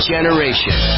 Generation